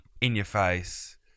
in-your-face